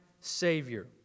Savior